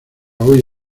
hoy